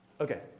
Okay